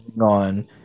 on